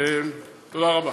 תודה רבה.